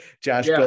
josh